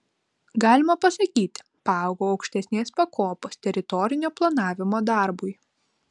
galima pasakyti paaugau aukštesnės pakopos teritorinio planavimo darbui